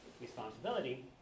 responsibility